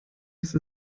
ich